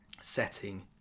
setting